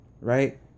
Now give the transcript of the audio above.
right